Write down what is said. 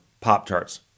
Pop-Tarts